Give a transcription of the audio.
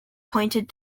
pointed